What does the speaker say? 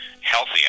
healthy